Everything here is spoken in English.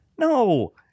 No